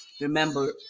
remember